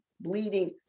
bleeding